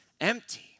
empty